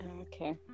Okay